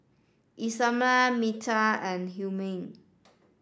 Erasmo Mattye and Humphrey